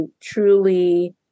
truly